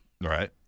Right